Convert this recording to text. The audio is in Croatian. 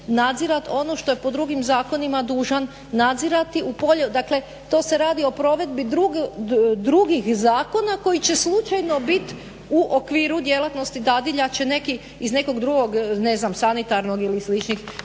nadzirat ono što je po drugim zakonima dužan nadzirati. Dakle, to se radi o provedbi drugih zakona koji će slučajno biti u okviru djelatnosti dadilja će iz nekog drugog ne znam sanitarnog ili sličnih